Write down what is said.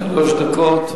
שלוש דקות.